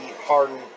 hardened